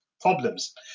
problems